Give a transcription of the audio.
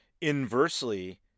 inversely